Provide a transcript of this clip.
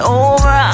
over